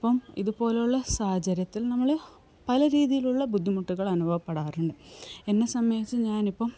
അപ്പോള് ഇതുപോലുള്ള സാഹചര്യത്തിൽ നമ്മള് പല രീതിയിലുള്ള ബുദ്ധിമുട്ടുകൾ അനുഭവപ്പെടാറുണ്ട് എന്നെ സംബന്ധിച്ച് ഞാനിപ്പം